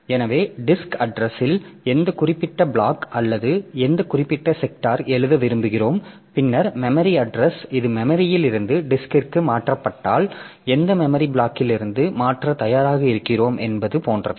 எனவே disk address இல் எந்த குறிப்பிட்ட பிளாக் அல்லது எந்த குறிப்பிட்ட செக்டார் எழுத விரும்புகிறோம் பின்னர் மெமரி அட்றஸ் இது மெமரியில் இருந்து டிஸ்க்ற்கு மாற்றப்பட்டால் எந்த மெமரி பிளாக்லிருந்து மாற்ற தயாராக இருக்கிறோம் என்பது போன்றது